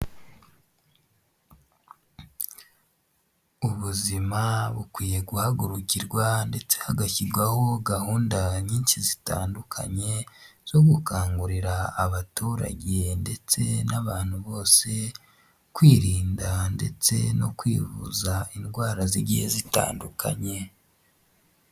Ubuzima bukwiye guhagurukirwa ndetse hagashyirwaho gahunda nyinshi zitandukanye zo gukangurira abaturage ndetse n'abantu bose kwirinda ndetse no kwivuza indwara z'igihe zitandukanye.